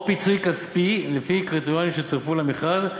או פיצוי כספי לפי קריטריונים שצורפו למכרז,